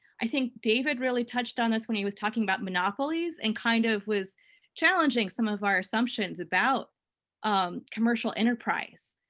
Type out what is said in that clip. i think david really touched on this when he was talking about monopolies and kind of was challenging some of our assumptions about um commercial enterprise,